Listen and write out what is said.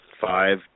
five